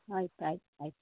ಆಯ್ತು ಆಯ್ತು ಆಯ್ತು